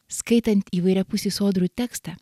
skaitant įvairiapusį sodrų tekstą